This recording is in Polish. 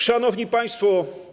Szanowni Państwo!